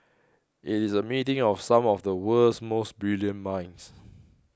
it is a meeting of some of the world's most brilliant minds